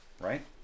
right